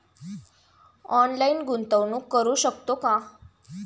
Online गुंतवणूक करू शकतो का?